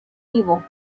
evil